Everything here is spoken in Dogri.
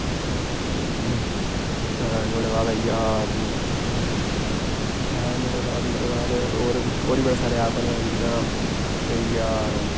नुआढ़े बाद आई गेआ नुआढ़े बाद नुआढ़े बाद और बी बडे़ सारे ऐप ना एह् होई गेआ